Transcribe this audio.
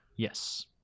Yes